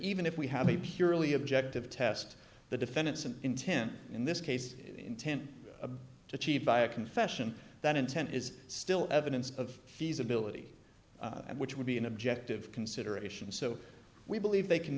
even if we have a purely objective test the defendants an intent in this case intent to cheat by a confession that intent is still evidence of feasibility which would be an objective consideration so we believe they can